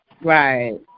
right